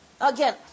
Again